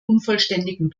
unvollständigen